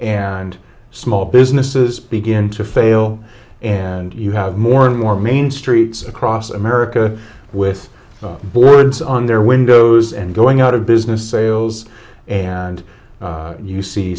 and small businesses begin to fail and you have more and more main streets across america with boards on their windows and going out of business sales and you see